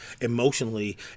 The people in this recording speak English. emotionally